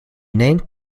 named